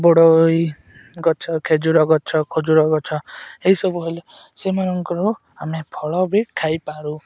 ବଡ଼ ଏଇ ଗଛ ଖେଜୁର ଗଛ ଖଜୁରୀ ଗଛ ଏଇସବୁ ହେଲେ ସେମାନଙ୍କର ଆମେ ଫଳ ବି ଖାଇପାରୁ